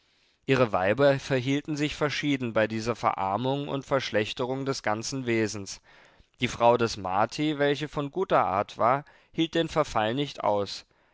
ihre weiber verhielten sich verschieden bei dieser verarmung und verschlechterung des ganzen wesens die frau des marti welche von guter art war hielt den verfall nicht aus